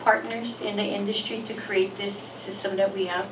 partners in the industry to create this system that we have